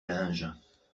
linge